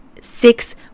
six